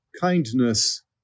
kindness